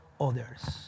others